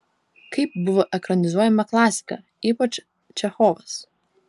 kaip buvo ekranizuojama klasika ypač čechovas